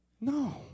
No